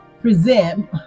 present